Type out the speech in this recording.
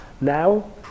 now